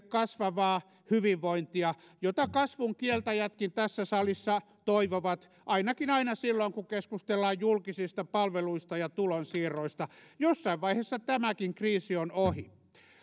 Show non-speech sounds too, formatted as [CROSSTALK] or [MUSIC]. [UNINTELLIGIBLE] kasvavaa hyvinvointia jota kasvun kieltäjätkin tässä salissa toivovat ainakin aina silloin kun keskustellaan julkisista palveluista ja tulonsiirroista jossain vaiheessa tämäkin kriisi on ohi